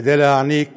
כדי להעניק